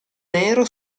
nero